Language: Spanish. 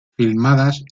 filmadas